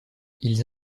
ils